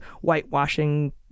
whitewashing